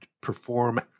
perform